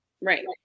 Right